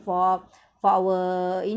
for for our